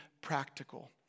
practical